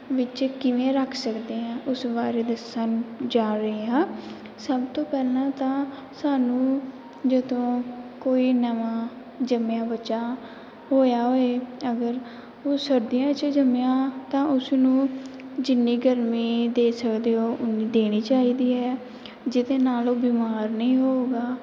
ਵਿੱਚ ਕਿਵੇਂ ਰੱਖ ਸਕਦੇ ਹਾਂ ਉਸ ਬਾਰੇ ਦੱਸਣ ਜਾ ਰਹੀ ਹਾਂ ਸਭ ਤੋਂ ਪਹਿਲਾਂ ਤਾਂ ਸਾਨੂੰ ਜਦੋਂ ਕੋਈ ਨਵਾਂ ਜੰਮਿਆ ਬੱਚਾ ਹੋਇਆ ਹੋਏ ਅਗਰ ਉਹ ਸਰਦੀਆਂ 'ਚ ਜੰਮਿਆ ਤਾਂ ਉਸਨੂੰ ਜਿੰਨੀ ਗਰਮੀ ਦੇ ਸਕਦੇ ਹੋ ਉੱਨੀ ਦੇਣੀ ਚਾਹੀਦੀ ਹੈ ਜਿਹਦੇ ਨਾਲ਼ ਉਹ ਬਿਮਾਰ ਨਹੀਂ ਹੋਵੇਗਾ